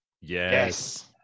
yes